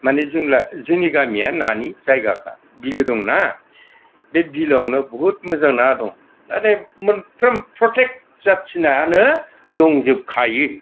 माने जोंनि गामिया नानि जायगाखा बिलो दङना बे बिलोआवनो बहुत मोजां ना दं दा बे मोनफ्रोम प्रटेक जाथिनानो दंजोब खायो